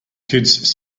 kids